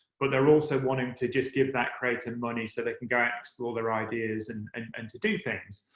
but they're also wanting to just give that creator money so they can go out and explore their ideas and and and to do things.